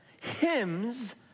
hymns